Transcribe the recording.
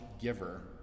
giver